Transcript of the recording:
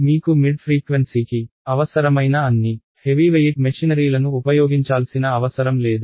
మీకు మిడ్ ఫ్రీక్వెన్సీకి అవసరమైన అన్ని హెవీవెయిట్ మెషినరీలను ఉపయోగించాల్సిన అవసరం లేదు